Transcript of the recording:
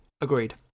Agreed